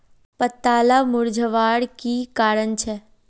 पत्ताला मुरझ्वार की कारण छे?